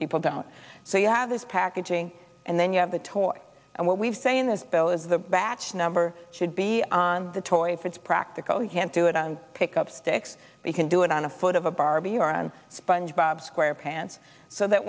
people don't so you have this packaging and then you have the toy and what we've say in this bill is the batch number should be on the toy it's practical you can't do it on pick up sticks you can do it on a foot of a barbie on sponge bob square pants so that